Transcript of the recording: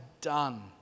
done